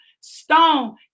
stone